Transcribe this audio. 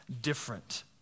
different